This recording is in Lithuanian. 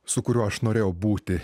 su kuriuo aš norėjau būti